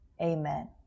amen